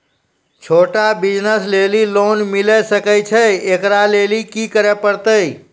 छोटा बिज़नस लेली लोन मिले सकय छै? एकरा लेली की करै परतै